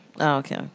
Okay